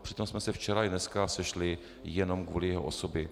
Přitom jsme se včera i dneska sešli jenom kvůli jeho osobě.